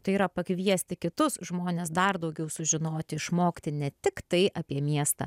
tai yra pakviesti kitus žmones dar daugiau sužinoti išmokti ne tiktai apie miestą